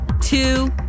two